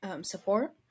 support